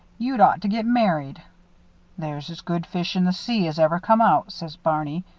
you'd ought to get married there's as good fish in the sea as ever come out says barney.